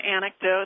anecdote